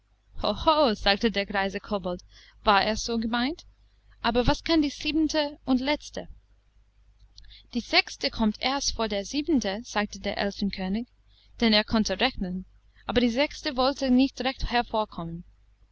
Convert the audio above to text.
sagte der greise kobold war es so gemeint aber was kann die siebente und letzte die sechste kommt erst vor der siebenten sagte der elfenkönig denn er konnte rechnen aber die sechste wollte nicht recht hervorkommen